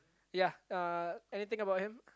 ya uh anything about him